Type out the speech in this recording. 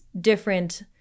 different